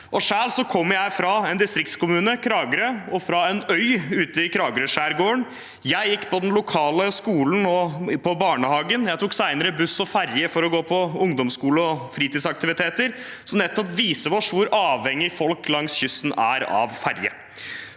Selv kommer jeg fra en distriktskommune, Kragerø, fra en øy ute i Kragerø-skjærgården. Jeg gikk i den lokale barnehagen og på den lokale skolen. Jeg tok senere buss og ferje for å gå på ungdomsskole og fritidsaktiviteter, noe som nettopp viser oss hvor avhengige folk langs kysten er av ferje.